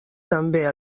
també